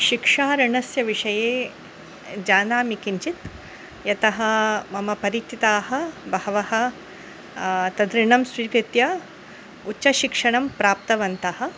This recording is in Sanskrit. शिक्षाऋणस्यविषये जानामि किञ्चित् यतः मम परिचिताः बहवः तत् ऋणं स्वीकृत्य उच्चशिक्षणं प्राप्तवन्तः